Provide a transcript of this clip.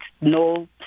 No